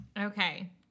Okay